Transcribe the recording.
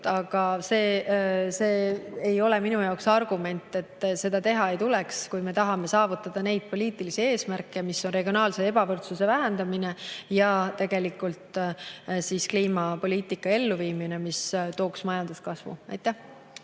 aga see ei ole minu jaoks argument, et seda ei tuleks teha, kui me tahame saavutada neid poliitilisi eesmärke, regionaalse ebavõrdsuse vähendamist ja kliimapoliitika elluviimist, mis tooks majanduskasvu. Aitäh!